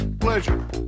Pleasure